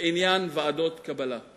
בעניין ועדות קבלה.